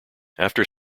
after